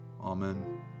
Amen